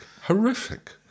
horrific